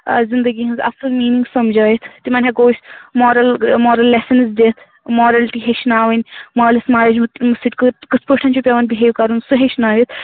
آ زِنٛدگی ہٕنٛز اَصٕل میٖنِنٛگ سَمجھٲوِتھ تِمَن ہٮ۪کو أسۍ مارَل مارَل لیسَنٕز دِتھ مارلٹی ہیٚچھناوٕنۍ مٲلِس ماجہِ سۭتۍ کِتھ کِتھٕ پٲٹھۍ چھُ پیٚوان بِہیو کَرُن سُہ ہیٚچھنٲوِتھ